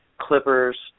Clippers